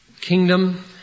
kingdom